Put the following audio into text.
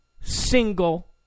single